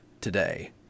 today